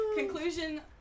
Conclusion